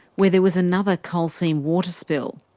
where there was another coal seam water spill.